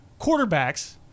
quarterbacks